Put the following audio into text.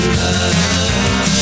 love